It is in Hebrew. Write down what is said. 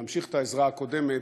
להמשיך את העזרה הקודמת,